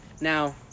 now